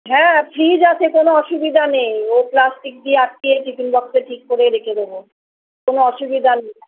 হ্যাঁ ফ্রিজ আছে কোনও অসুবিধা নেই ও প্লাস্টিক দিয়ে আটকিয়ে টিফিন বক্সে ঠিক করে রেখে দেব কোনও অসুবিধা নেই